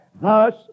thus